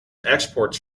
exports